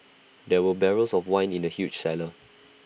there were barrels of wine in the huge cellar